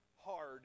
hard